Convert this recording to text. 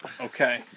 Okay